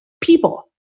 People